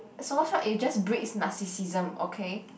solo shot it just breeds narcissism okay